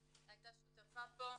הייתה שותפה פה,